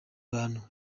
bantu